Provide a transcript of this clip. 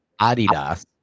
Adidas